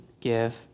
give